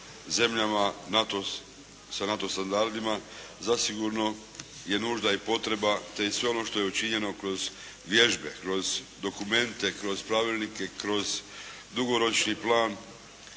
zemljama sa NATO standardima, zasigurno je nužda i potreba, te i sve ono što je učinjeno kroz vježbe, kroz dokumente, kroz pravilnike, kroz Dugoročni plan